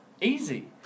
Easy